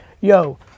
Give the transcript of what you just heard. yo